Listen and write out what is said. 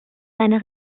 seiner